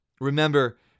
Remember